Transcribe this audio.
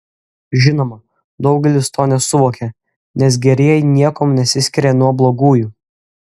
žinoma daugelis to nesuvokia nes gerieji niekuom nesiskiria nuo blogųjų